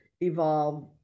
evolve